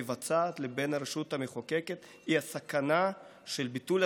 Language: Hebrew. לבין הרשות המחוקקת היא הסכנה של ביטול התחומים